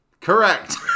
Correct